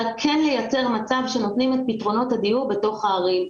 כן לייצר מצב שנותנים את פתרונות הדיור בתוך הערים.